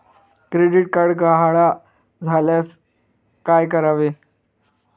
Credit card गहाळ झाल्यास काय करावे?